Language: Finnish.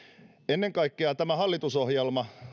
ennen kaikkea tämä hallitusohjelma